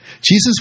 Jesus